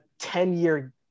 10-year